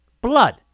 blood